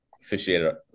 officiated